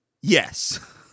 Yes